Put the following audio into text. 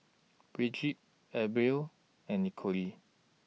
Bridgett Abril and Nicolette